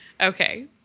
Okay